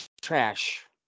trash